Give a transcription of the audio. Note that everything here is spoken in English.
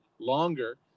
longer